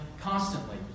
constantly